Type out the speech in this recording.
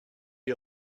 you